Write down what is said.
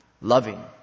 loving